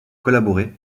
collaborer